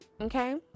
Okay